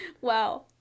wow